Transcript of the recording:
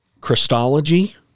christology